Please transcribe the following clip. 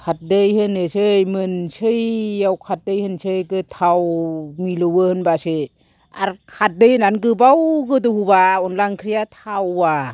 खारदै होनोसै मोनसैयाव खारदै होनोसै गोथाव मिलौवो ओमबासो आर खारदै होनानै गोबाव गोदौ होबा अनला ओंख्रिआ थावा